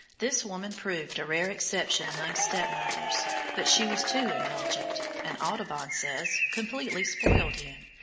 this woman proved a rare exception among stepmothers but she was too indulgent, and, audubon says, completely spoiled him,